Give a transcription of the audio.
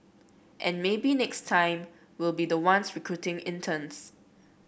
and maybe next time we'll be the ones recruiting interns